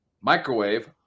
microwave